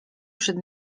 przed